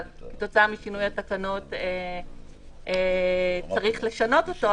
אבל כתוצאה משינוי התקנות צריך לשנות אותו,